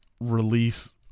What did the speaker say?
release